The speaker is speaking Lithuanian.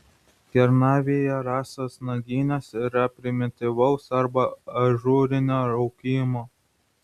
kernavėje rastos naginės yra primityvaus arba ažūrinio raukimo